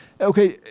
Okay